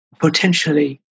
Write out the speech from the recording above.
potentially